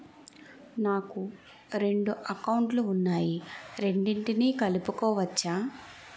నాకు రెండు అకౌంట్ లు ఉన్నాయి రెండిటినీ కలుపుకోవచ్చా?